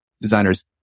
designers